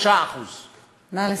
5%. נא לסיים.